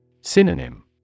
Synonym